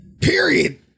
Period